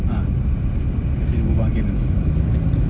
ah kasi dia berbual dengan kenneth